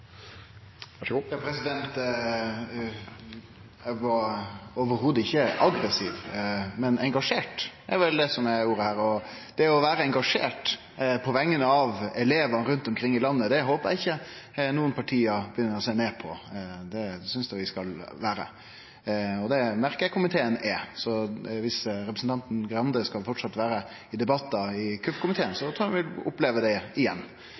er ordet her. Det å vere engasjert på vegner av elevane rundt omkring i landet her, håpar eg ikkje noko parti begynner å sjå ned på – det synest eg vi skal vere, og det merkar eg at komiteen er. Så viss representanten Skei Grande fortsatt skal vere i debattar i KUF-komiteen, trur eg ho vil oppleve det igjen.